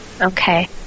Okay